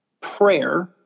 prayer